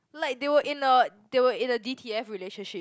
like they were in a they were in a D_T_F relationship